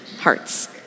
hearts